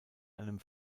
einem